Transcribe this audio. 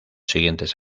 siguientes